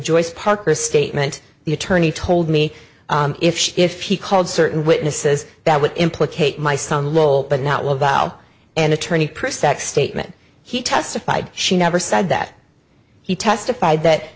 joyce parker statement the attorney told me if she if he called certain witnesses that would implicate my son lol but not will allow an attorney present statement he testified she never said that he testified that